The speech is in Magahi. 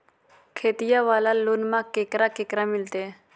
खेतिया वाला लोनमा केकरा केकरा मिलते?